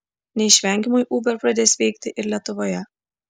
neišvengiamai uber pradės veikti ir lietuvoje